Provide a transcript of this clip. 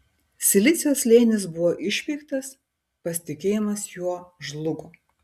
silicio slėnis buvo išpeiktas pasitikėjimas juo žlugo